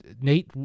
Nate